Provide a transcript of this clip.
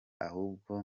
ahubwo